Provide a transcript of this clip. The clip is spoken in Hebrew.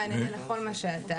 ואני אענה לכל מה שאתה אומר.